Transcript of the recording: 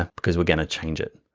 because we're gonna change it.